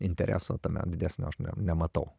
intereso tame didesnio aš nematau